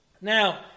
Now